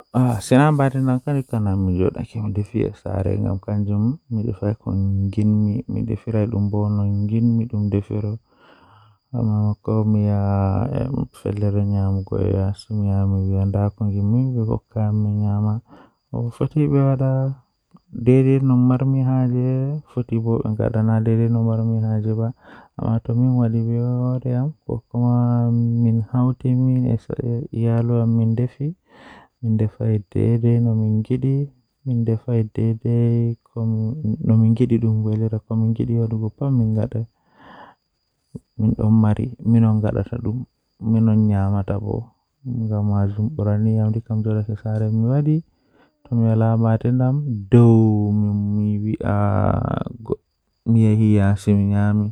Jokkondir ndiyam ngam sabu hokkondir moƴƴaare so tawii ƴellii sabu ndiyam ɗe. Miɗo waawi heɓugol lotion walla cream ngoni moƴƴaare. Ɓeydu ko nguurndam he skin ngal sabu, njiddaade kadi holla sabu gasa ɓuri. Ko feewde, waawataa hokka lotion ngam njiddaade fowrude sabu kadi waɗtude ndiyam e leɗɗi ngal sabu waawataa njiddaade sabu.